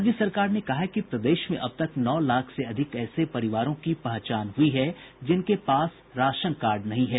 राज्य सरकार ने कहा है कि प्रदेश में अब तक नौ लाख से अधिक ऐसे परिवारों की पहचान हुई है जिनके पास राशन कार्ड नहीं है